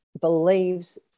believes